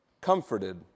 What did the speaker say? comforted